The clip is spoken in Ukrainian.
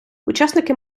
учасники